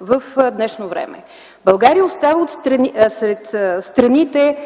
в днешно време. България остава сред страните,